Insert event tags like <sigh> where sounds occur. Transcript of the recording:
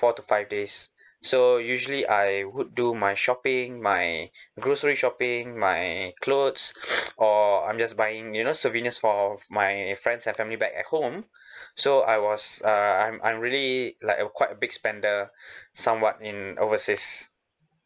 four to five days so usually I would do my shopping my grocery shopping my clothes or I'm just buying you know souvenirs for my friends and family back at home <breath> so I was uh I'm I'm really like a quite a big spender <breath> somewhat in overseas